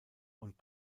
und